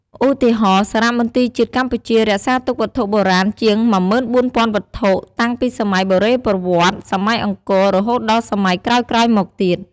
ឧទាហរណ៍ សារមន្ទីរជាតិកម្ពុជា រក្សាទុកវត្ថុបុរាណជាង ១៤,០០០ វត្ថុ តាំងពីសម័យបុរេប្រវត្តិ សម័យអង្គរ រហូតដល់សម័យក្រោយៗមកទៀត។